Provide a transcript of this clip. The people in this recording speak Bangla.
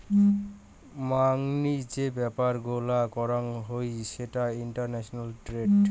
মাংনি যে ব্যাপার গুলা করং হই সেটা ইন্টারন্যাশনাল ট্রেড